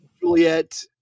Juliet